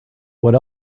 what